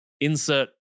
Insert